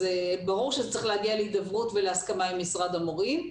אז ברור שזה צריך להגיע להידברות ולהסכמה עם הסתדרות המורים.